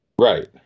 right